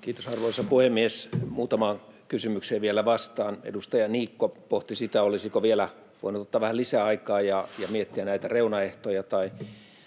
Kiitos, arvoisa puhemies! Muutamaan kysymykseen vielä vastaan. Edustaja Niikko pohti sitä, olisiko vielä voinut ottaa vähän lisäaikaa ja miettiä näitä reunaehtoja,